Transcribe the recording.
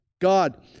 God